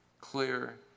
clear